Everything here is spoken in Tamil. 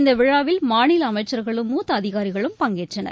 இந்த விழாவில் மாநில அமைச்சர்களும் மூத்த அதிகாரிகளும் பங்கேற்றனர்